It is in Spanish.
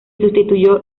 sustituyó